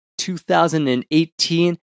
2018